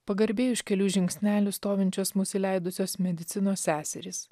pagarbiai už kelių žingsnelių stovinčios mus įleidusios medicinos seserys